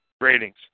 Ratings